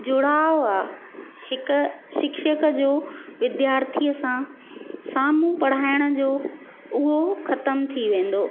जुड़ाव आहे हिक शिक्षक जो विद्यार्थीअ सां साम्हूं पढ़ाइण जो उहो ख़तमु थी वेंदो